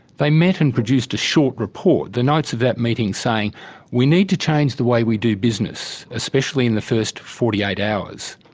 they met and produced a short report, the notes of that meeting saying we need to change the way we do business, especially in the first forty eight hours.